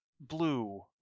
blue